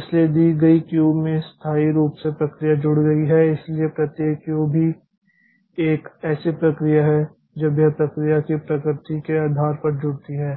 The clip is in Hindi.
इसलिए दी गई क्यू में स्थायी रूप से प्रक्रिया जुड़ गई है इसलिए प्रत्येक क्यू भी एक ऐसी प्रक्रिया है जब यह प्रक्रिया की प्रकृति के आधार पर जुड़ती है